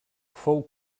fou